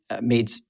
made